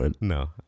No